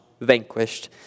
vanquished